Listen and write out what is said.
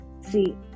See